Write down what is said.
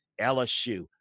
LSU